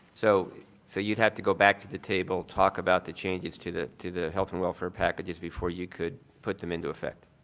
so so you have to go back to the table, talk about the changes to the to the health and welfare packages before you could put them into effect?